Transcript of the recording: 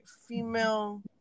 female